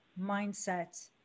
mindset